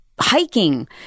hiking